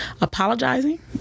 apologizing